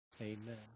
amen